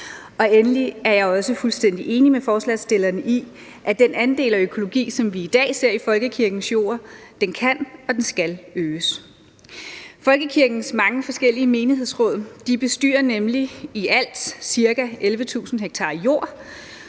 og endelig er jeg også fuldstændig enig med forslagsstillerne i, at den andel af økologi, som vi i dag ser på folkekirkens jorder, kan og skal øges. Folkekirkens mange forskellige menighedsråd bestyrer nemlig i alt ca. 11.000 ha jord,